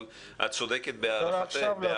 אבל את צודקת בהערתך.